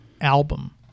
album